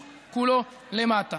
אומנם אל תתפסו אותי במילה,